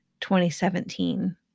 2017